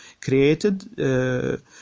created